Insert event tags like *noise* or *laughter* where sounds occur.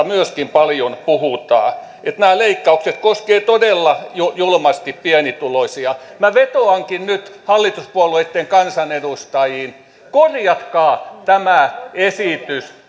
*unintelligible* myöskin paljon puhutaan nämä leikkaukset koskevat todella julmasti pienituloisia minä vetoankin nyt hallituspuolueitten kansanedustajiin korjatkaa tämä esitys